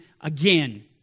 again